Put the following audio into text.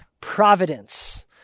providence